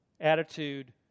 attitude